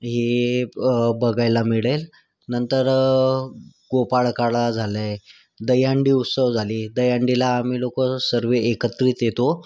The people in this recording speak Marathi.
हे बघायला मिळेल नंतर गोपाळकाला झालं आहे दहीहंडी उत्सव झाली दहीहंडीला आम्ही लोकं सर्व एकत्रित येतो